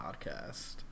podcast